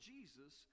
Jesus